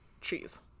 cheese